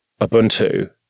Ubuntu